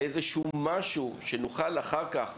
לאיזשהו משהו, שנוכל אחר כך